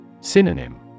Synonym